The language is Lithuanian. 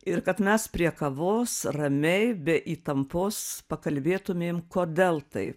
ir kad mes prie kavos ramiai be įtampos pakalbėtumėm kodėl taip